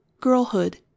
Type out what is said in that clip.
Girlhood